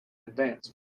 advance